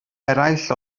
eraill